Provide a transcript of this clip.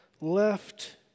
left